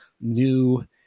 new